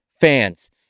fans